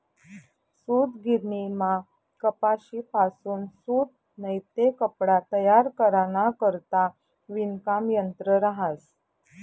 सूतगिरणीमा कपाशीपासून सूत नैते कपडा तयार कराना करता विणकाम यंत्र रहास